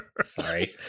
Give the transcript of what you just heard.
Sorry